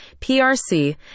PRC